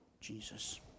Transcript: Jesus